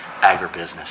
agribusiness